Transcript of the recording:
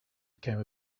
became